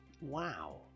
Wow